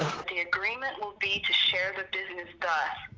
the agreement will be to share the business